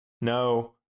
no